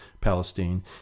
Palestine